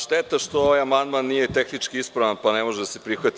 Šteta što ovaj amandman nije tehnički ispravan, pa ne može da se prihvati.